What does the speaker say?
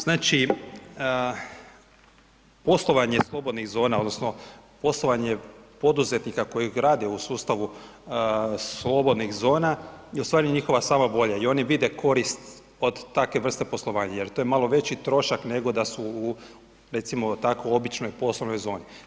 Znači, poslovanje slobodnih zona odnosno poslovanje poduzetnika koji rade u sustavu slobodnih zona je ustvari njihova sama volja i oni vide korist od takve vrste poslovanja jer to je malo veći trošak nego da su u recimo tako u običnoj poslovnoj zoni.